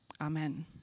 Amen